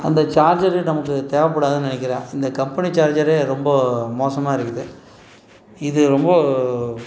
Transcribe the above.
அந்த சார்ஜரு நமக்கு தேவைப்படாதுன்னு நினைக்குறேன் இந்த கம்பெனி சார்ஜரே ரொம்ப மோசமாக இருக்குது இது ரொம்ப